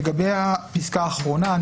לגבי הפסקה האחרונה,